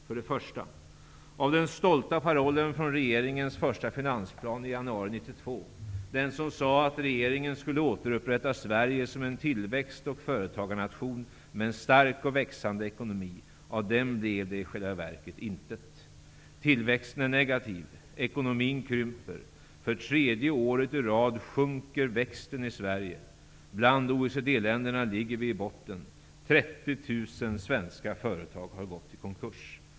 För det första: Av den stolta parollen från regeringens första finansplan i januari 1992, i vilken det sades att regeringen skulle ''återupprätta Sverige som en tillväxt och företagarnation med en stark och växande ekonomi'', blev det i själva verket intet. Tillväxten är negativ och ekonomin krymper. För tredje året i rad sjunker tillväxten i Sverige. Bland OECD-länderna ligger vi i botten. 30 000 svenska företag har gått i konkurs.